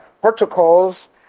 protocols